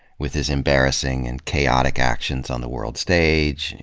with his embarrassing and chaotic actions on the world stage,